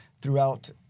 throughout